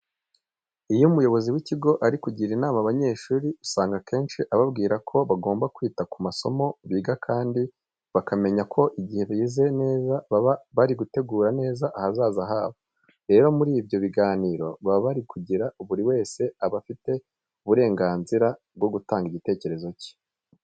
Iyo umuyobozi w'ikigo ari kugira inama abanyeshuri usanga akenshi ababwira ko bagomba kwita ku masomo biga kandi bakamenya ko igihe bize neza baba bari gutegura neza ahazaza habo. Rero muri ibyo biganiro baba bari kugira buri wese aba afite uburenganzira bwo gutanga igitekerezo cye.